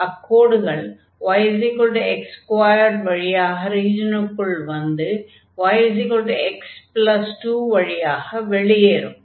அக்கோடுகள் yx2 வழியாக ரீஜனுக்குள் வந்து y x2 வழியாக வெளியேறும்